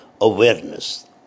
awareness